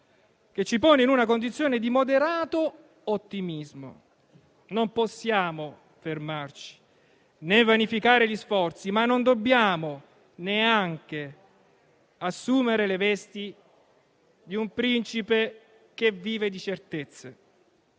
che ci pone in una condizione di moderato ottimismo. Non possiamo fermarci, né vanificare gli sforzi, ma non dobbiamo neanche assumere le vesti di un principe che vive di certezze.